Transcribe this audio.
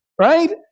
right